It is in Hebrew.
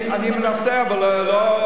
אני מנסה, אבל לא,